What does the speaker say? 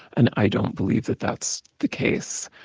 and i don't believe that that's the case.